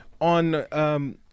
on